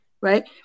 right